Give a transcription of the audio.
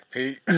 Pete